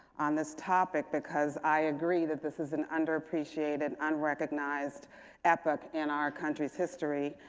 on this topic because i agree that this is an underappreciated, unrecognized epic in our country's history.